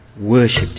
worshipped